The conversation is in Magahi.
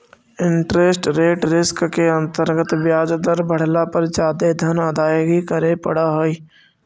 इंटरेस्ट रेट रिस्क के अंतर्गत ब्याज दर बढ़ला पर जादे धन अदायगी करे पड़ऽ हई